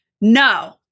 no